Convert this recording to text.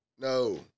No